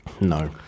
no